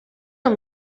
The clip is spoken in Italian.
non